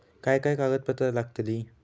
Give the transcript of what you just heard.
काय काय कागदपत्रा लागतील?